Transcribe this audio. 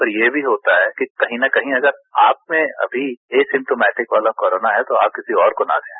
पर ये भी होता है कि कहीं न कहीं अगर आप में अभी ए सिम्प्टोमैटिक वाला कोरोना है तो आप किसी और को न दें